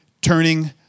turning